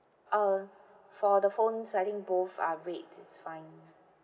uh for the phone signing both are red is fine